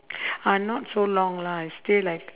uh not so long lah I stay like